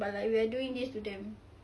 but we are like doing this to them